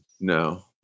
No